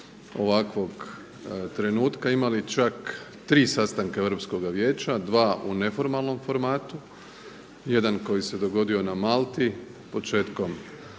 Hvala vam